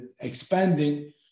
expanding